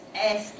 asking